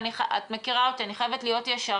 את מכירה אותי, אני חייבת להיות ישרה.